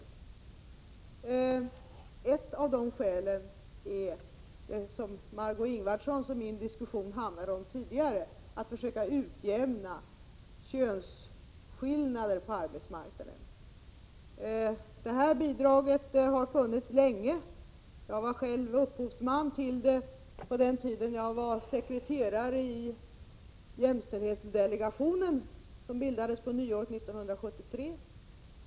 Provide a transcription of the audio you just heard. Det gäller t.ex. att —- Margé Ingvardssons och min diskussion här tidigare handlade just om den saken — försöka utjämna könsskillnaderna på arbetsmarknaden. Det här bidraget har funnits länge. Jag var själv upphovsmannen till detta bidrag. Det var på den tiden när jag var sekreterare i jämställdhetsdelegationen, som bildades på nyåret 1973.